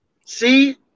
See